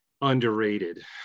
underrated